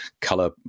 color